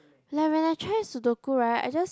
like when I try Sudoku right I just